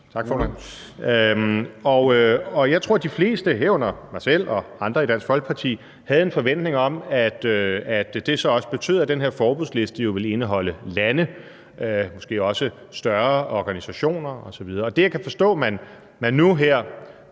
Tak, formand. Jeg tror, at de fleste, herunder mig selv og andre i Dansk Folkeparti, havde en forventning om, at det så også betød, at den her forbudsliste jo ville indeholde lande, måske også større organisationer osv. Og det, jeg kan forstå man nu her